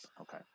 okay